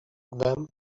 them